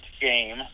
game